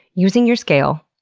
using your scale,